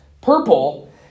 purple